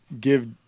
give